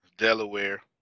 Delaware